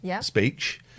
speech